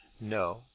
no